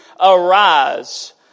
arise